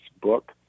book